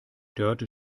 dörte